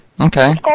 Okay